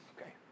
Okay